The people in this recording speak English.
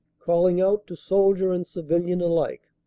calling out to soldier and civilian alike,